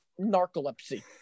narcolepsy